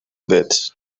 bit